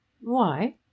Why